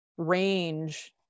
Range